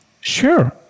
sure